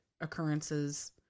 occurrences